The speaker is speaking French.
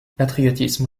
patriotisme